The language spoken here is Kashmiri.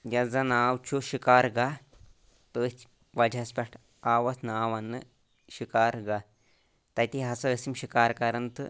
یتھ زَن ناو چھُ شکار گاہ تٔتھۍ وَجہس پیٹھ آو اتھ ناو وَننہٕ شِکار گَاہ تَتی ہَسا ٲسۍ یِم شِکار کران تہٕ